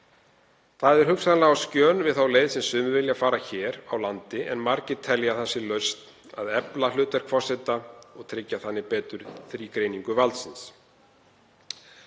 Það er hugsanlega á skjön við þá leið sem sumir vilja fara hér á landi en margir telja að það sé lausn að efla hlutverk forseta og tryggja þannig betur þrígreiningu valdsins.